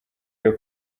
iyo